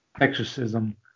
exorcism